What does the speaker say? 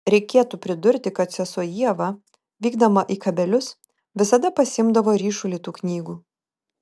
reikėtų pridurti kad sesuo ieva vykdama į kabelius visada pasiimdavo ryšulį tų knygų